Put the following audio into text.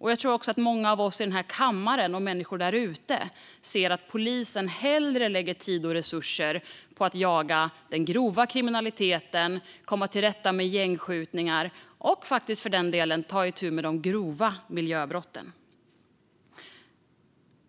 Jag tror också att många av oss i den här kammaren, liksom människor där ute, hellre ser att polisen lägger tid och resurser på att jaga den grova kriminaliteten, komma till rätta med gängskjutningar och för den delen ta itu med de grova miljöbrotten.